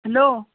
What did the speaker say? hello